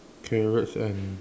carrots and